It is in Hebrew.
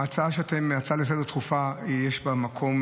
בהצעה לסדר-היום הדחופה יש מקום,